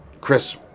Chris